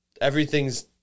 everything's